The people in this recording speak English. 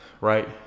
right